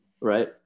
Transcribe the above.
Right